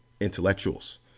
intellectuals